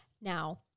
Now